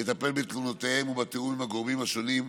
יטפל בתלונותיהם ובתיאום עם הגורמים השונים.